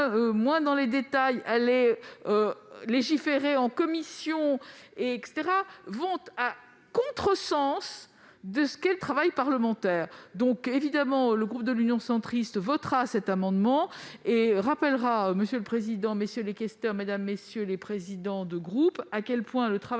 sur les détails, à légiférer en commission, vont à contresens de ce que doit être le travail parlementaire. Évidemment, le groupe Union Centriste votera cet amendement, tout en rappelant, monsieur le président, messieurs les questeurs, mesdames, messieurs les présidents de groupe, à quel point le travail